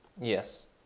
Yes